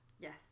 Yes